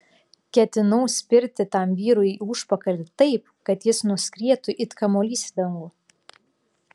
ketinau spirti tam vyrui į užpakalį taip kad jis nuskrietų it kamuolys į dangų